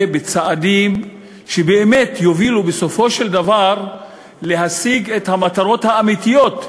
בצעדים שבאמת יובילו בסופו של דבר להשגת המטרות האמיתיות,